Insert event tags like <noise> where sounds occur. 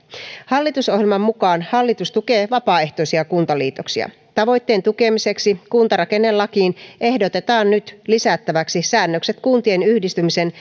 hallitusohjelman mukaan hallitus tukee vapaaehtoisia kuntaliitoksia tavoitteen tukemiseksi kuntarakennelakiin ehdotetaan nyt lisättäväksi säännökset kuntien yhdistymisen <unintelligible>